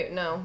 no